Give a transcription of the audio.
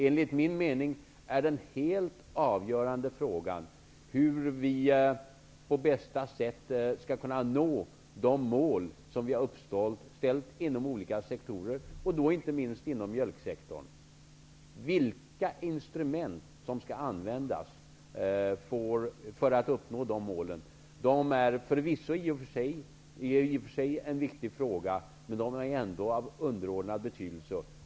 Enligt min mening är den helt avgörande frågan hur vi på bästa sätt skall kunna nå de mål som vi har ställt upp inom olika sektorer, inte minst inom mjölksektorn. Vilka instrument som skall användas för att uppnå de målen är i och för sig viktiga men ändå av underordnad betydelse.